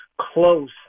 close